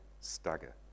stagger